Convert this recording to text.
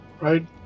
right